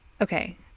okay